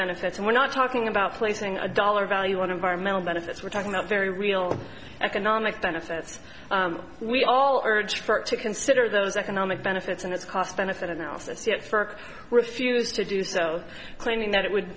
benefits and we're not talking about placing a dollar value on environmental benefits we're talking about very real economic benefits we all urged to consider those economic benefits and it's a cost benefit analysis yet for refused to do so claiming that it would